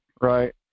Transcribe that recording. Right